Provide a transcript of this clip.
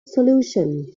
solution